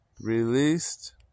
released